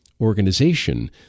organization